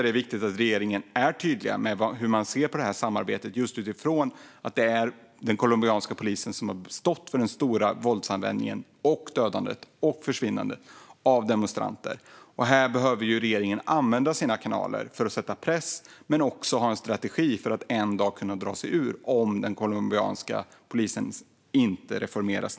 Det är viktigt att regeringen är tydlig med hur man ser på detta samarbete med tanke på att den colombianska polisen stått för den stora våldsanvändningen, dödandet och försvinnandet av demonstranter. Regeringen behöver använda sina kanaler för att sätta press, men man behöver också ha en strategi för att en dag kunna dra sig ur om den colombianska polisen inte reformeras.